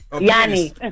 Yanni